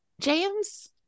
James